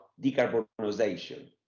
decarbonization